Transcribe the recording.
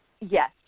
yes